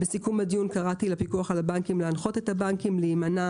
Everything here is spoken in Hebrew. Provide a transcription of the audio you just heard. בסיכום הדיון קראתי לפיקוח על הבנקים להנחות את הבנקים להימנע